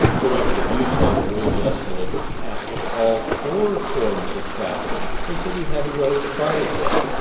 productive use of and reinvestment in capital all four forms of capital is that we haven't really tried it yet,